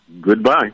goodbye